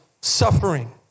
suffering